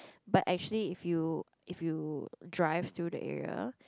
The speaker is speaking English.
but actually if you if you drive to the area